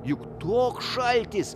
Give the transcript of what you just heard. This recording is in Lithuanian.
juk toks šaltis